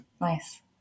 Nice